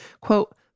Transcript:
quote